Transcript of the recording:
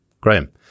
Graham